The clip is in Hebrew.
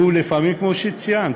שהוא לפעמים, כמו שציינת,